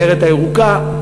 הסיירת הירוקה,